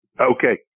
Okay